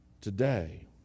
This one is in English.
Today